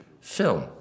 film